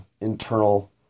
internal